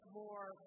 more